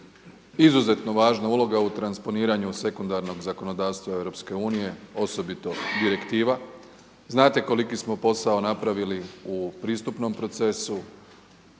izuzetno važna uloga u transponiranju sekundarnog zakonodavstva EU osobito direktiva. Znate koliki smo posao napravili u pristupnom procesu.